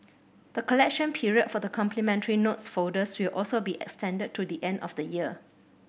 the collection period for the complimentary notes folders will also be extended to the end of the year